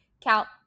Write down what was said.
Count